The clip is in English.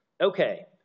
Okay